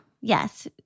yes